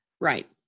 Right